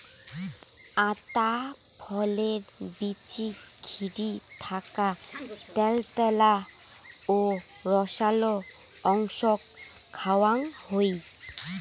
আতা ফলের বীচিক ঘিরি থাকা ত্যালত্যালা ও রসালো অংশক খাওয়াং হই